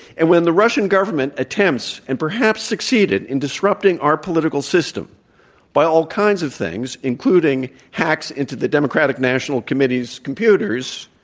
and when the russian government attempts and perhaps succeeded in disrupting our political system by all kinds of things, including hacks into the democratic national committee's computers,